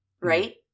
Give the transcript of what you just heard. Right